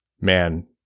man